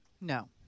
no